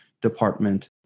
department